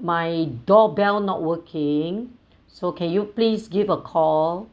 my door bell not working so can you please give a call